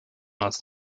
als